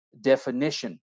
definition